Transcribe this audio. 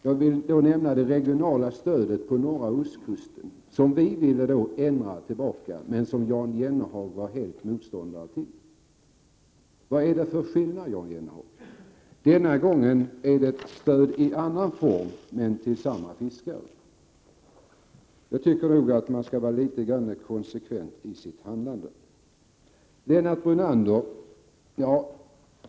Låt mig peka på det regionala stödet till norra ostkusten, beträffande vilket vi ville få till stånd en ändring tillbaka till den gamla ordningen, något som Jan Jennehag var bestämd motståndare till. Vilken är skillnaden, Jan Jennehag? Denna gång är det fråga om ett stöd i annan form men till samma fiskare. Jag tycker att man skall vara litet grand konsekvent i sitt handlande. Lennart Brunander!